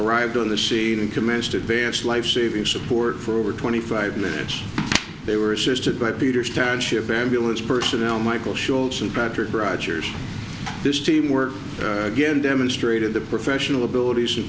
arrived on the scene and commenced advanced life saving support for over twenty five minutes they were assisted by peter starship babbelas personnel michael shorts and patrick rogers this team work again demonstrated the professional abilities